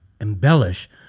embellish